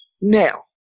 Now